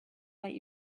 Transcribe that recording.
might